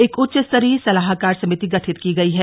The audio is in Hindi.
एक उच्च स्तरीय सलाहकार समिति गठित की गई है